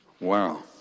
Wow